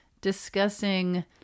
discussing